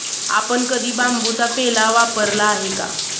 आपण कधी बांबूचा पेला वापरला आहे का?